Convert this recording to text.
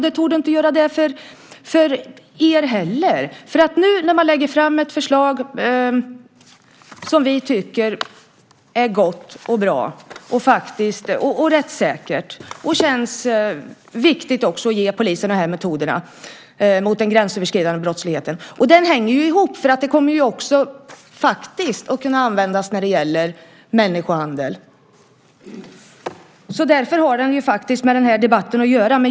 Det gör nog inte det för er heller. Nu lägger man fram ett förslag som vi tycker är bra och rättssäkert. Det känns viktigt att ge polisen de här metoderna mot den gränsöverskridande brottsligheten. Det hänger ju ihop. Detta kommer faktiskt att kunna användas även när det gäller människohandel. Därför har det med den här debatten att göra.